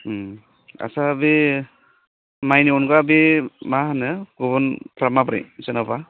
आस्सा बे माइनि अनगा बे मा होनो गुबुनफ्रा माब्रै जेन'बा